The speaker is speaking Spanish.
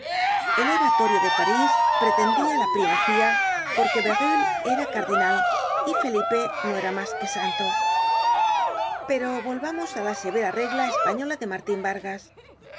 el oratorio de parís pretendia la primacía porque berulle era cardenal y felipe no era mas que santo content from google book search generated at pero volvamos á la severa regla española de martin vargas las